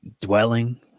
dwelling